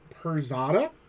Perzada